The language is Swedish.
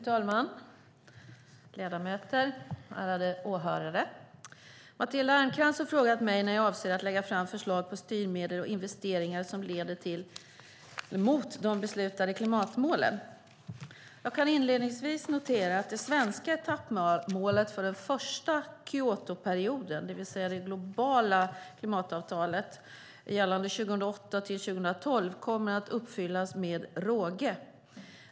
Fru talman! Ledamöter! Ärade åhörare! Matilda Ernkrans har frågat mig när jag avser att lägga fram förslag på styrmedel och investeringar som leder mot de beslutade klimatmålen. Jag kan inledningsvis notera att det svenska etappmålet för den första Kyotoperioden, det vill säga det globala klimatavtalet gällande 2008-2012, kommer att uppfyllas med råge.